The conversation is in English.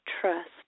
trust